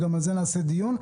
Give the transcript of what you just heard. וגם על זה נקיים דיון.